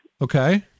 Okay